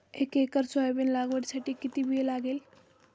एक acre soybean लागवडीसाठी किती बी लागेल?